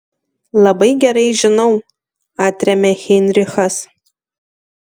labai gerai žinau atrėmė heinrichas